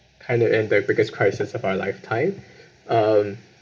kind of in the biggest crisis of our lifetime um